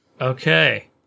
Okay